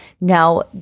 Now